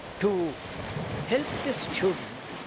to help the student